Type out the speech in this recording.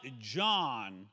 John